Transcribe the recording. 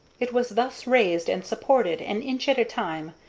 it was thus raised and supported an inch at a time,